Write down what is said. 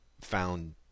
found